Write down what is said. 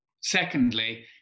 Secondly